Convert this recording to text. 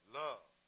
love